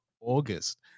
August